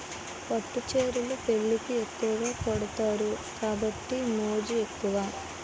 పట్టు చీరలు పెళ్లికి ఎక్కువగా కొంతారు కాబట్టి మోజు ఎక్కువ